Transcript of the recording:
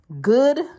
good